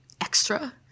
extra